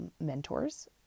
mentors